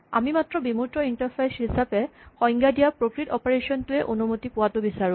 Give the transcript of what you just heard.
আমি মাত্ৰ বিমূৰ্ত ইন্টাৰফেচ হিচাপে সংজ্ঞা দিয়া প্ৰকৃত অপাৰেচন টোৱে অনুমতি পোৱাটো বিচাৰো